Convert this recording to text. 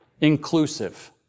inclusive